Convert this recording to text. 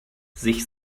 sich